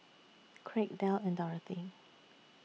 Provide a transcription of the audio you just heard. Kraig Del and Dorathy